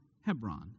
Hebron